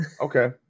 Okay